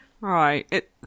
Right